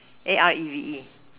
A R E V E